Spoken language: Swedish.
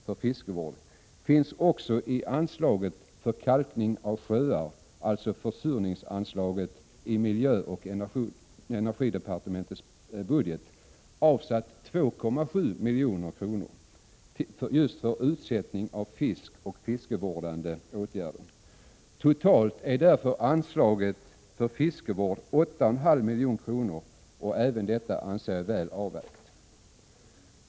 för fiskevård också i anslaget för kalkning av sjöar — alltså försurningsanslaget — i miljöoch energidepartementets budget finns avsatt 2,7 milj.kr. just till utsättning av fisk och fiskevårdande åtgärder. Totalt är därför anslaget för fiskevård 8,5 milj.kr., och även detta anser jag är väl avvägt.